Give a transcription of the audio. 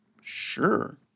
Sure